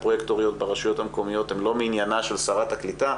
פרוייקטוריות ברשויות המקומיות הם לא מעניינה של שרת הקליטה,